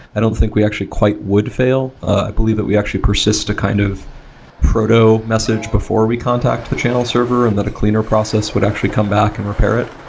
i don't think we actually quite would fail. i believe that we actually persist the kind of proto message before we contact the channel server and that a cleaner process would actually come back and repair it.